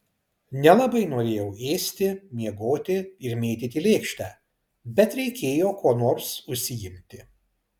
nelabai norėjau ėsti miegoti ir mėtyti lėkštę bet reikėjo kuo nors užsiimti